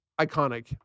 iconic